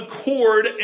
accord